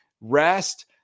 rest